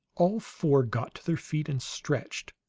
all four got to their feet and stretched,